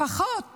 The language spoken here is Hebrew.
לפחות